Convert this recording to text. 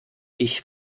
ich